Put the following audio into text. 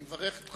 אני מברך אותך.